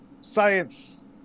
science